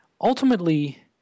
ultimately